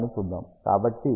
కాబట్టి r అంటే 0